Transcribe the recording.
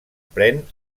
pren